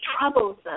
troubles